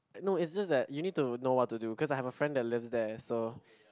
no it's just that you need to know what to do cause I have a friend that lives there so